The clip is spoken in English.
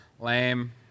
Lame